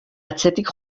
atzetik